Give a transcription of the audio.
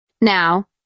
Now